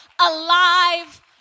alive